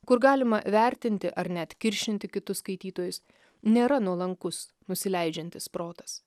kur galima vertinti ar net kiršinti kitus skaitytojus nėra nuolankus nusileidžiantis protas